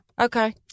Okay